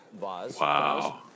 Wow